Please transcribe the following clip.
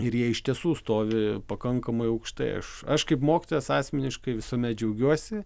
ir jie iš tiesų stovi pakankamai aukštai aš aš kaip mokytojas asmeniškai visuomet džiaugiuosi